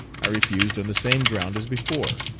i refused on the same ground as before.